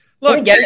Look